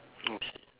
okay